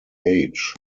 age